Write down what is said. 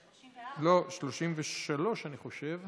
התשפ"ב 2022, עברה בקריאה